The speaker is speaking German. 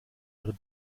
ihre